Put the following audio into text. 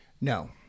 No